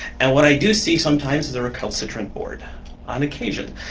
and what i do see sometimes is a recalcitrant board on occasion.